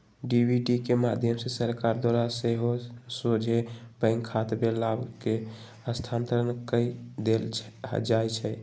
DBT के माध्यम से सरकार द्वारा सेहो सोझे बैंक खतामें लाभ के स्थानान्तरण कऽ देल जाइ छै